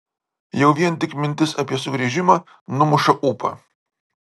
jau vien tik mintis apie sugrįžimą numuša ūpą